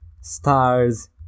Stars